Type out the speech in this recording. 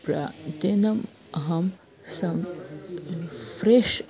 प्रा तेन अहं सं फ़्रेश्